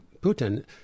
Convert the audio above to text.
Putin